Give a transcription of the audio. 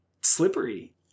slippery